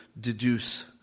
deduce